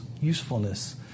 usefulness